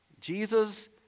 Jesus